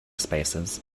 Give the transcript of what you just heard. spaces